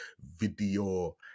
video